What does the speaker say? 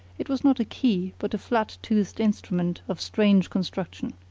it was not a key but a flat-toothed instrument of strange construction.